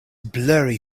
blurry